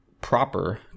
proper